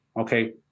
Okay